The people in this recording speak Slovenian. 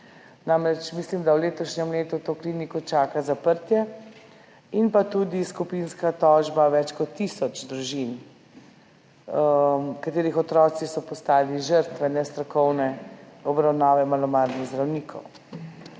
Mislim, da v letošnjem letu to kliniko čaka zaprtje in tudi skupinska tožba več kot tisoč družin, katerih otroci so postali žrtve nestrokovne obravnave malomarnih zdravnikov.